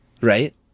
right